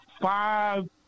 five